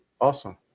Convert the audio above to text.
Awesome